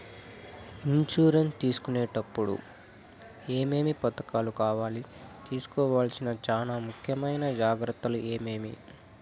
Insurance తీసుకునేటప్పుడు టప్పుడు ఏమేమి పత్రాలు కావాలి? తీసుకోవాల్సిన చానా ముఖ్యమైన జాగ్రత్తలు ఏమేమి?